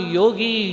yogi